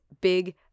big